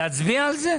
להצביע על זה?